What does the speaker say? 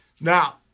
Now